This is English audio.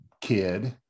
kid